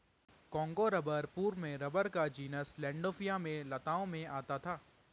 Congo rubber पूर्व में rubber का जीनस लैंडोल्फिया में लताओं से आया था